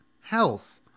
health